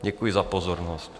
Děkuji za pozornost.